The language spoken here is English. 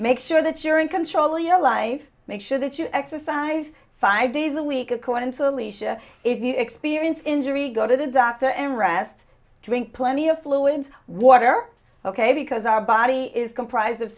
make sure that you're in control of your life make sure that you exercise five days a week according to lisa if you experience injury go to the doctor and rest drink plenty of fluids water ok because our body is comprised of